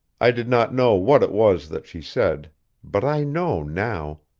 i did not know what it was that she said but i know now.